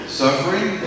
suffering